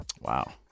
Wow